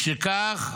משכך,